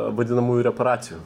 vadinamųjų reparacijų